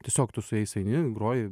tiesiog tu su jais eini groji